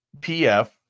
pf